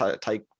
take